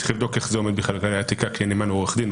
צריך לבדוק אם זה עומד בכללי האתיקה כי נאמן הוא עורך דין,